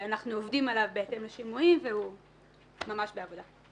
אנחנו עובדים עליו בהתאם לשימועים והוא ממש בעבודה.